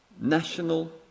national